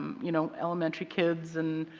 you know, elementary kids and